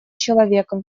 человека